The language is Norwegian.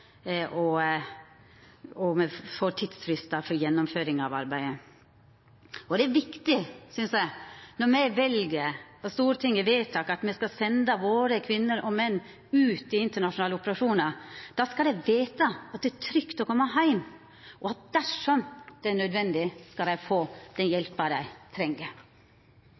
er viktig, synest eg, at når Stortinget vedtek å senda våre kvinner og menn ut i internasjonale operasjonar, skal dei vita at det er trygt å koma heim, og at dersom det er nødvendig, skal dei få den hjelpa dei treng.